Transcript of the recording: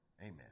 amen